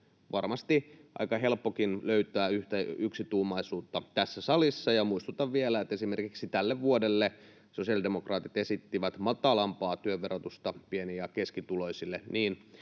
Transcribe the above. varmasti aika helppokin löytää yksituumaisuutta tässä salissa, ja muistutan vielä, että esimerkiksi tälle vuodelle sosiaalidemokraatit esittivät matalampaa työn verotusta pieni- ja keskituloisille,